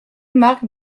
marque